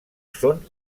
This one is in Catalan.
són